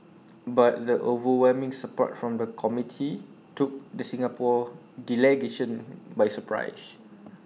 but the overwhelming support from the committee took the Singapore delegation by surprise